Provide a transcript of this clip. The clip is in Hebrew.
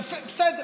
יפה, בסדר.